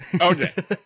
Okay